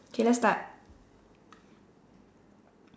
okay let's start